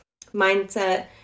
mindset